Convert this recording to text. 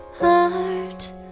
heart